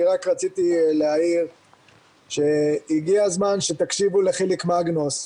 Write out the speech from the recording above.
אני רק רציתי להעיר שהגיע הזמן שתקשיבו לחיליק מגנוס.